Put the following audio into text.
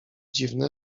dziwne